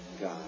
God